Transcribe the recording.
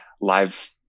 live